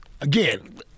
Again